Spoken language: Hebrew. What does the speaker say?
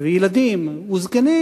וילדים וזקנים,